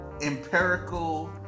empirical